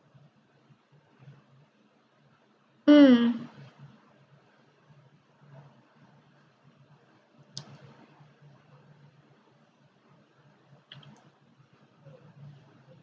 mm